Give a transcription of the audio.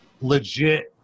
legit